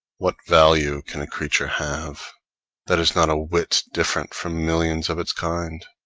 what value can a creature have that is not a whit different from millions of its kind?